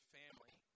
family